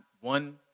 one